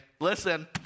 Listen